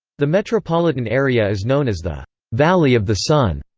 the metropolitan area is known as the valley of the sun,